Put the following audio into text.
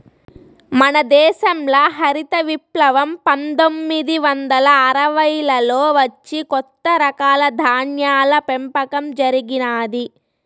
మన దేశంల హరిత విప్లవం పందొమ్మిది వందల అరవైలలో వచ్చి కొత్త రకాల ధాన్యాల పెంపకం జరిగినాది